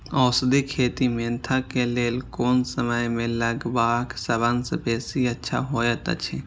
औषधि खेती मेंथा के लेल कोन समय में लगवाक सबसँ बेसी अच्छा होयत अछि?